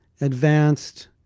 advanced